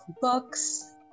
books